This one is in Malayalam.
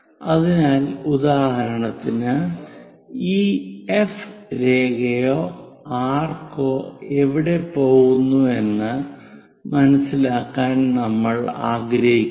അതിനാൽ ഉദാഹരണത്തിന് ഈ എഫ് രേഖയോ ആർക്കോ എവിടെ പോകുന്നു എന്ന് മനസിലാക്കാൻ നമ്മൾ ആഗ്രഹിക്കുന്നു